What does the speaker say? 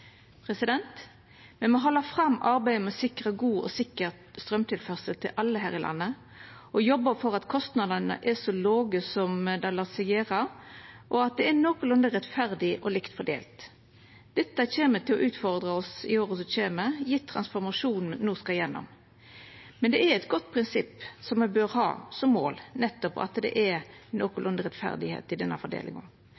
Me må halda fram arbeidet med å sikra god og sikker straumtilførsel til alle her i landet og jobba for at kostnadene er så låge som det lèt seg gjera, og at dei er nokolunde rettferdige og likt fordelte. Dette kjem til å utfordra oss i åra som kjem, med tanke på transformasjonen me no skal igjennom. Men det er eit godt prinsipp som me bør ha som mål, nettopp at det er